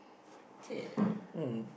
okay um